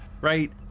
right